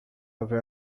haver